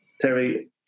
Terry